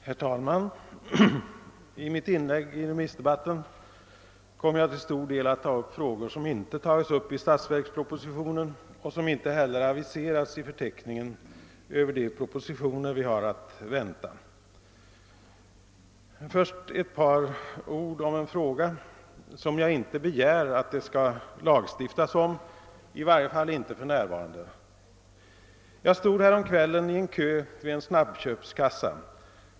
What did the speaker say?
Herr talman! I mitt inlägg i remissdebatten kommer jag till stor del att ta upp frågor som inte tagits upp i statsverkspropositionen och som inte heller aviserats i förteckningen över de propositioner vi har att vänta. Dock först ett par ord om en fråga, som jag inte begär att det skall lagstiftas om — i varje fall inte för närvarande. Jag stod häromkvällen i en kö vid en snabbköpskassa.